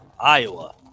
Iowa